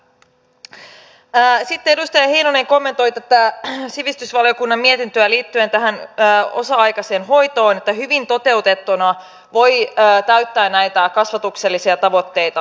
sitten edustaja heinonen kommentoi tätä sivistysvaliokunnan mietintöä liittyen tähän osa aikaiseen hoitoon että se hyvin toteutettuna voi täyttää näitä kasvatuksellisia tavoitteita